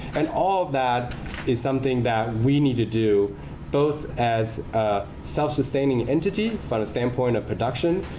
and all of that is something that we need to do both as a self-sustaining entity from the standpoint of production,